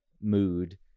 mood